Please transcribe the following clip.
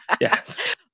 Yes